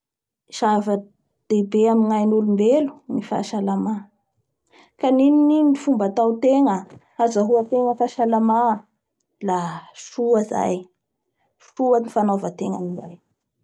Zava-dehibe amin'ny ain'olombelo ny fahasalama ka ninonino fomba ataotegna azahoategna fahasalama la soa zay soa ny fanaovategna anizay.